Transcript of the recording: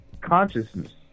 consciousness